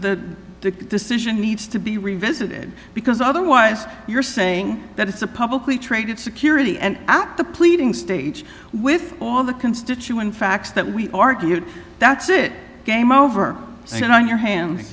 court decision needs to be revisited because otherwise you're saying that it's a publicly traded security and at the pleading stage with all the constituent facts that we argued that's it game over on your hands